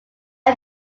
are